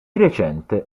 recente